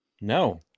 No